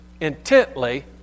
intently